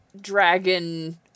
dragon